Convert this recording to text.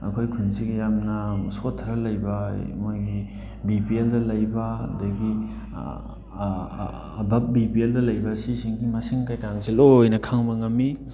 ꯑꯩꯈꯣꯏ ꯈꯨꯟꯁꯤꯒꯤ ꯌꯥꯝꯅ ꯁꯣꯠꯊꯔ ꯂꯩꯕ ꯃꯣꯏꯒꯤ ꯕꯤ ꯄꯤ ꯑꯦꯜꯗ ꯂꯩꯕ ꯑꯗꯒꯤ ꯑꯕꯕ ꯕꯤ ꯄꯤ ꯑꯦꯜꯗ ꯂꯩꯕ ꯁꯤ ꯁꯤꯡꯁꯤꯒꯤ ꯃꯁꯤꯡ ꯀꯩꯀꯥꯡꯁꯤ ꯂꯣꯏꯅ ꯈꯪꯕ ꯉꯝꯃꯤ